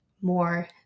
more